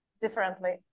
differently